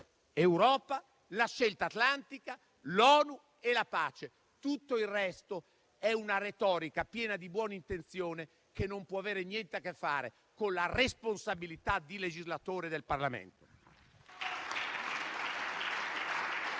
l'Europa, per la scelta atlantica, per l'ONU e per la pace. Tutto il resto è retorica piena di buone intenzioni, che non può avere niente a che fare con la responsabilità di legislatori del Parlamento.